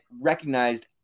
recognized